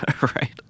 right